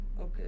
okay